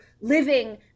living